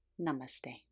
Namaste